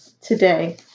today